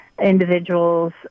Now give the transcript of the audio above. individuals